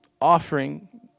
offering